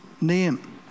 name